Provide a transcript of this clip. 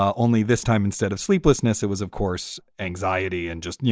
only this time, instead of sleeplessness, it was, of course, anxiety and just,